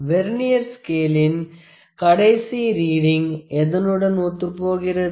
vernier ஸ்கேளின் கடைசி reading எதனுடன் ஒத்துப்போகிறது